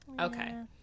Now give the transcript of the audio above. Okay